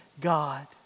God